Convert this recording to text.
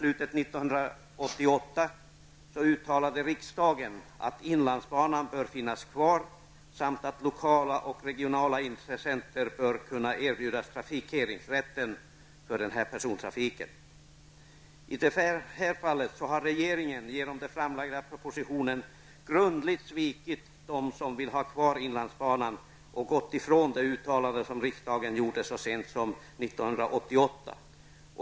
uttalade riksdagen att inlandsbanan bör finnas kvar samt att lokala och regionala intressenter bör kunna erbjudas trafikeringsrätten för persontrafiken. I det här fallet har regeringen genom den framlagda propositionen grundligt svikit dem som vill ha kvar inlandsbanan och gått ifrån det uttalande som riksdagen gjorde så sent som 1988.